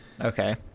Okay